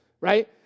right